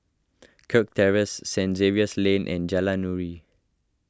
Kirk Terrace Saint Xavier's Lane and Jalan Nuri